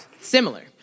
similar